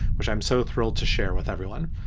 which i'm so thrilled to share with everyone.